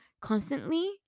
constantly